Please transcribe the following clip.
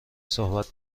صحبت